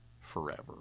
forever